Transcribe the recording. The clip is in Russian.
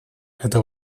это